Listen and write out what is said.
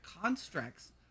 constructs